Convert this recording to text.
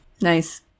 Nice